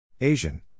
Asian